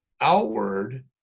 outward